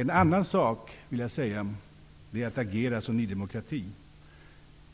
En annan sak är att agera som Ny demokrati.